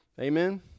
amen